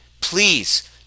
please